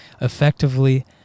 effectively